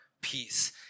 peace